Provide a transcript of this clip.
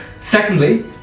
Secondly